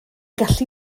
gallu